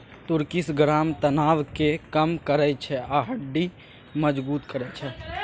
तुर्किश ग्राम तनाब केँ कम करय छै आ हड्डी मजगुत करय छै